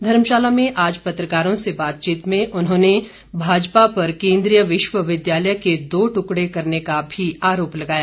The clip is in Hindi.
धर्मशाला में आज पत्रकारों से बातचीत में उन्होंने भाजपा पर केंद्रीय विश्वविद्यालय के दो ट्कड़े करने का भी आरोप लगाया